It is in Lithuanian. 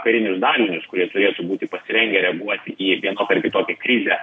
karinius dalinius kurie turėtų būti pasirengę reaguoti į vienokią ar kitokią krizę